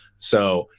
so,